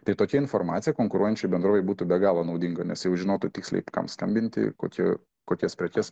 tai tokia informacija konkuruojančiai bendrovei būtų be galo naudinga nes jau žinotų tiksliai kam skambinti kokių kokias prekes